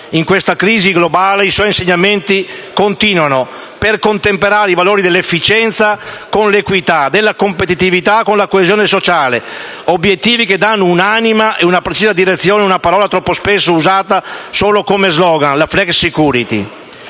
in questa crisi globale, i suoi insegnamenti continuano, per contemperare i valori dell'efficienza con l'equità, della competitività con la coesione sociale; obiettivi che danno un'anima e una precisa direzione ad una parola troppo spesso usata solo come slogan: la *flexicurity*.